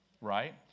Right